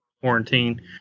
quarantine